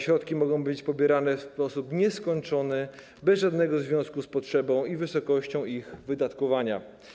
Środki mogą być pobierane w sposób nieskończony, bez żadnego związku z potrzebą i wysokością ich wydatkowania.